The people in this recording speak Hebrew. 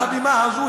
מעל הבימה הזאת,